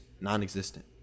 non-existent